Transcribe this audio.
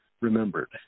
remembered